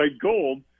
gold